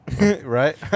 Right